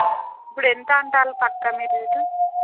ఇప్పుడు ఎంత అంటారు పక్కా మీరు రేటు